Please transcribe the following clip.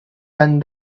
done